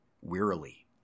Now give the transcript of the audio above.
Wearily